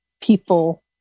people